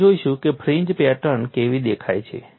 આપણે જોઈશું કે ફ્રિન્જ પેટર્ન કેવી દેખાય છે